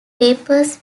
papers